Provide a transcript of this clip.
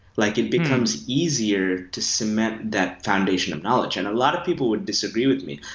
like it becomes easier to cement that foundational of knowledge, and a lot of people would disagree with me.